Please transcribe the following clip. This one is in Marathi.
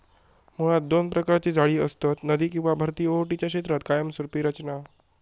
मुळात दोन प्रकारची जाळी असतत, नदी किंवा भरती ओहोटीच्या क्षेत्रात कायमस्वरूपी रचना